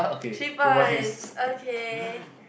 three points okay